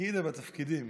בתפקיד ובתפקידים.